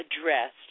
addressed